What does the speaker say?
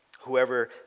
Whoever